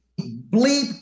bleep